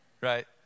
right